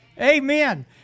Amen